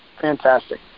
fantastic